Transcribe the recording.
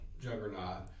juggernaut